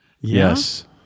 Yes